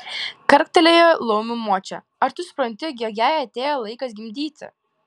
karktelėjo laumių močia ar tu supranti jog jai atėjo laikas gimdyti